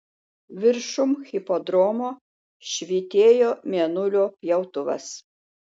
viršum hipodromo švytėjo mėnulio pjautuvas